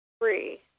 Three